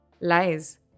Lies